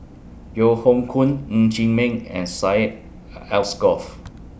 Yeo Hoe Koon Ng Chee Meng and Syed Alsagoff